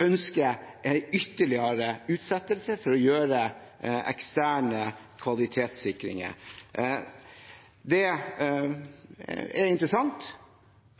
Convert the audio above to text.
ønsker ytterligere utsettelse for å gjøre eksterne kvalitetssikringer. Det er interessant,